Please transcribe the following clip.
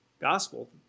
Gospel